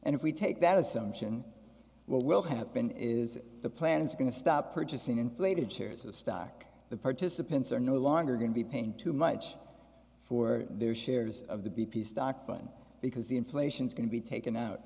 if we take that assumption what will happen is the plan is going to stop purchasing inflated shares of stock the participants are no longer going to be paying too much for their shares of the b p stock fund because the inflation is going to be taken out